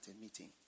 meeting